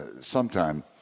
sometime